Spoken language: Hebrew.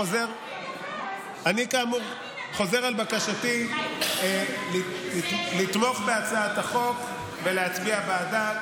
חוזר על בקשתי לתמוך בהצעת החוק ולהצביע בעדה.